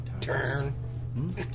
turn